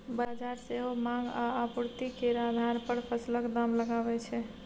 बजार सेहो माँग आ आपुर्ति केर आधार पर फसलक दाम लगाबै छै